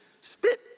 Spit